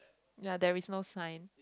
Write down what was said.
ya there is not sign